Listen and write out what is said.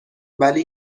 ولی